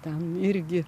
ten irgi